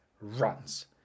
runs